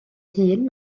hun